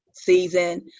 season